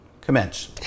Commence